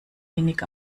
wenig